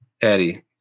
Eddie